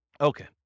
Okay